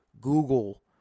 Google